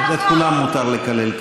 את כולם מותר לקלל,